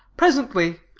presently,